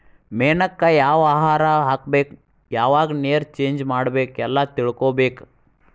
ಮೇನಕ್ಕ ಯಾವ ಆಹಾರಾ ಹಾಕ್ಬೇಕ ಯಾವಾಗ ನೇರ ಚೇಂಜ್ ಮಾಡಬೇಕ ಎಲ್ಲಾ ತಿಳಕೊಬೇಕ